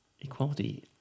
equality